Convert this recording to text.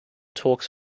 talks